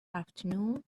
afternoon